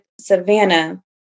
Savannah